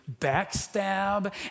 backstab